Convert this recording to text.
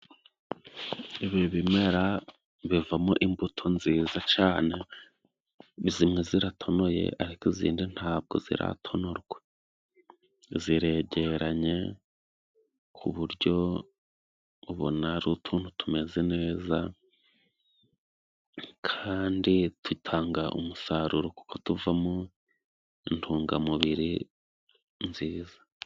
Ibi bimera bivamo imbuto nziza cane, zimwe ziratonoye ariko izindi ntabwo ziratonorwa. Ziregeranye ku buryo ubona ari utuntu tumeze neza, kandi dutanga umusaruro kuko tuvamo intungamubiri nziza.